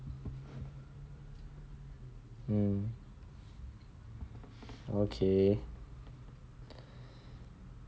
um okay